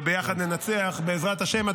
וביחד ננצח, בעזרת השם.